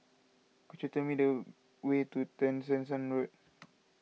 could you tell me the way to Tessensohn Road